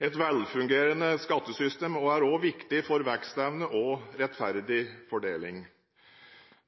Et velfungerende skattesystem er også viktig for vekstevne og rettferdig fordeling.